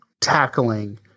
tackling